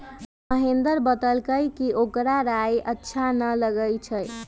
महेंदर बतलकई कि ओकरा राइ अच्छा न लगई छई